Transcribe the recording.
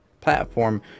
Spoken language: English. platform